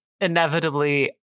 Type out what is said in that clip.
inevitably